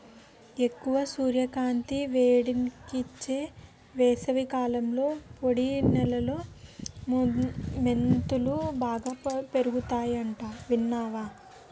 ఎక్కువ సూర్యకాంతి, వేడెక్కించే వేసవికాలంలో పొడి నేలలో మెంతులు బాగా పెరుగతాయట విన్నావా